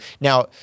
Now